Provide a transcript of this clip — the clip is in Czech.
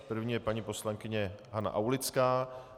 První je paní poslankyně Hana Aulická.